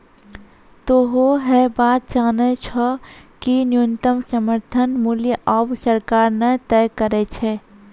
तोहों है बात जानै छौ कि न्यूनतम समर्थन मूल्य आबॅ सरकार न तय करै छै